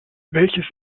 welches